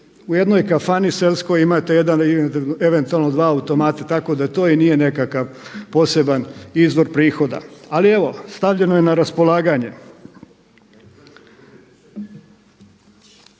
u jednoj kafani selskoj imate jedan, eventualno dva automata tako da to i nije nekakav poseban izvor prihoda. Ali evo, stavljeno je na raspolaganje.